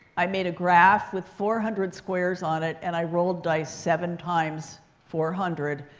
i made a graph with four hundred squares on it. and i rolled dice seven times four hundred.